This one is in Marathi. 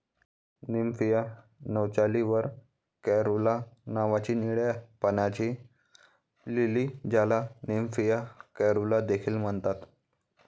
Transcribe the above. निम्फिया नौचाली वर कॅरुला नावाची निळ्या पाण्याची लिली, ज्याला निम्फिया कॅरुला देखील म्हणतात